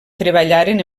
treballaren